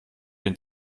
den